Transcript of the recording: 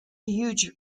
huge